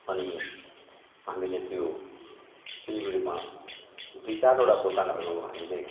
अनि हामीले त्यो सिलिगुडीमा दुई चारवटा दोकानहरू हामीले